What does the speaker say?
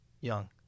young